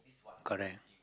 correct